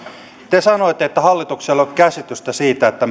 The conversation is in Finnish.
te sanoitte että hallituksella ei ole käsitystä siitä